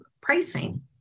pricing